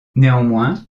néanmoins